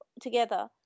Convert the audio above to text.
together